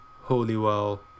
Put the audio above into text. Holywell